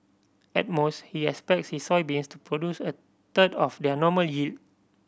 at most he expects his soybeans to produce a third of their normal yield